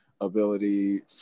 Ability